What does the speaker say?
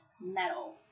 metal